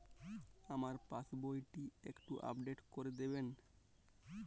আমার পাসবই টি একটু আপডেট করে দেবেন?